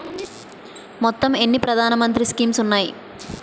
మొత్తం ఎన్ని ప్రధాన మంత్రి స్కీమ్స్ ఉన్నాయి?